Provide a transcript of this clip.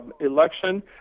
election